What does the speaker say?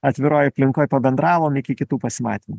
atviroj aplinkoj pabendravom iki kitų pasimatym